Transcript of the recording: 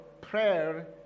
prayer